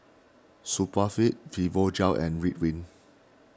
Supravit Fibogel and Ridwind